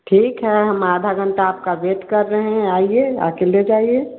ठीक है हम आधा घंटा आपका वैट कर रहें हैं आइए आ कर ले जाइए